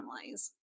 families